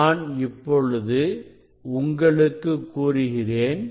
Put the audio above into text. நான் இப்பொழுது உங்களுக்கு கூறுகிறேன்